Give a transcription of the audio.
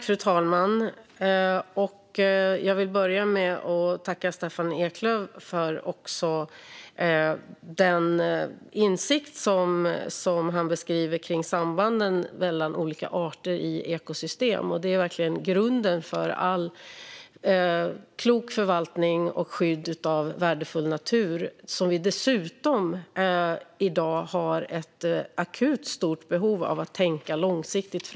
Fru talman! Jag vill börja med att tacka Staffan Eklöf för den insikt som han beskriver kring sambanden mellan olika arter i ekosystem. Det är verkligen grunden för all klok förvaltning och allt skydd av värdefull natur, som vi dessutom i dag har ett akut behov av att tänka långsiktigt om.